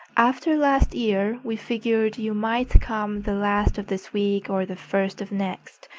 after last year, we figured you might come the last of this week or the first of next,